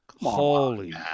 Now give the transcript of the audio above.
Holy